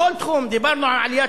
דיברנו על עליית